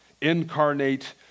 Incarnate